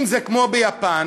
אם זה כמו ביפן,